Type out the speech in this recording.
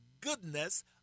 goodness